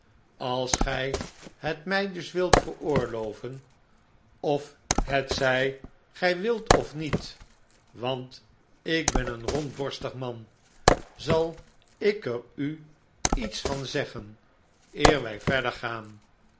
als gij het mij dus wilt veroorloven of hetzij gij wilt of niet want ik ben een rondborstig man zal ik er u iets van zeggen eer wij verder gaan